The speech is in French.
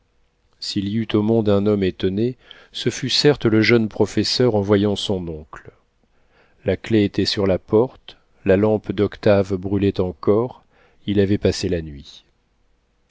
s'il y eut au monde un homme étonné ce fut certes le jeune professeur en voyant son oncle la clef était sur la porte la lampe d'octave brûlait encore il avait passé la nuit